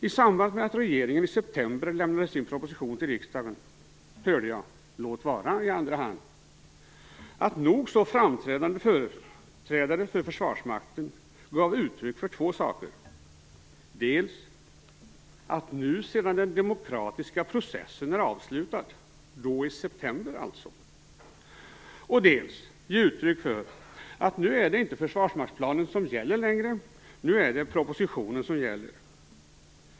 I samband med att regeringen i september lämnade sin proposition till riksdagen hörde jag, låt vara i andra hand, att nog så framträdande företrädare för Försvarsmakten gav uttryck för två saker. Det var dels att den demokratiska processen var avslutad, dels att det inte längre var försvarsmaktsplanen som gällde, utan propositionen.